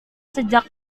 sejak